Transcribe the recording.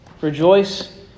Rejoice